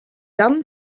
done